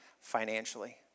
financially